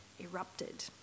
erupted